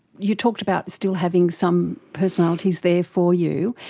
you talked about still having some personalities there for you,